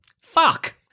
Fuck